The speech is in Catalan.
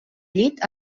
llit